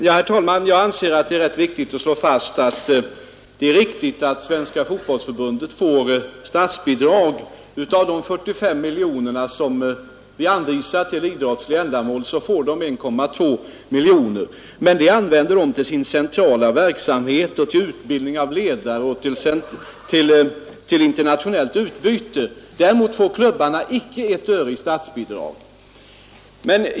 Herr talman! Jag vill slå fast att det är riktigt att Svenska fotbollförbundet får statsbidrag. Av de 45 miljoner som vi anvisar till idrottsliga ändamål får det 1,2 miljoner. Men de pengarna använder det till sin centrala verksamhet, till utbildning av ledare och till internationellt utbyte. Däremot får klubbarna icke ett öre i statsbidrag.